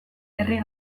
herri